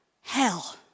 hell